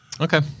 Okay